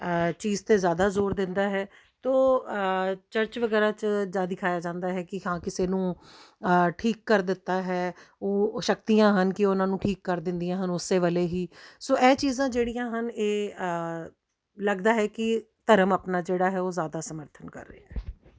ਚੀਜ਼ 'ਤੇ ਜ਼ਿਆਦਾ ਜ਼ੋਰ ਦਿੰਦਾ ਹੈ ਤੋ ਚਰਚ ਵਗੈਰਾ 'ਚ ਜਾ ਦਿਖਾਇਆ ਜਾਂਦਾ ਹੈ ਕਿ ਹਾਂ ਕਿਸੇ ਨੂੰ ਠੀਕ ਕਰ ਦਿੱਤਾ ਹੈ ਉਹ ਸ਼ਕਤੀਆਂ ਹਨ ਕਿ ਉਹਨਾਂ ਨੂੰ ਠੀਕ ਕਰ ਦਿੰਦੀਆਂ ਹਨ ਉਸੇ ਵੇਲੇ ਹੀ ਸੋ ਇਹ ਚੀਜ਼ਾਂ ਜਿਹੜੀਆਂ ਹਨ ਇਹ ਲੱਗਦਾ ਹੈ ਕਿ ਧਰਮ ਆਪਣਾ ਜਿਹੜਾ ਹੈ ਉਹ ਜ਼ਿਆਦਾ ਸਮਰਥਨ ਕਰ ਰਿਹਾ ਹੈ